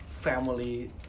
family